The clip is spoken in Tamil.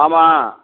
ஆமாம்